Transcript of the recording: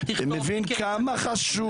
מבין כמה חשוב